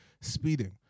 speeding